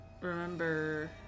remember